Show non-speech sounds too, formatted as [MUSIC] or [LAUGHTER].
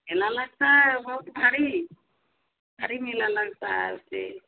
मेला लगता है बहुत भारी भारी मेला लगता है [UNINTELLIGIBLE]